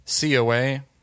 COA